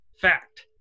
fact